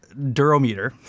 Durometer